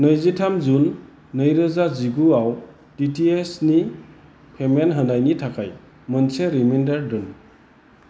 नैजिथाम जुन नैरोजा जिगुआव डि टि एइस नि पेमेन्ट होनायनि थाखाय मोनसे रिमाइन्डार दोन